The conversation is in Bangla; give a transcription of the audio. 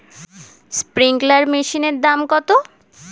স্প্রিংকলার মেশিনের দাম কত?